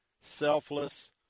selfless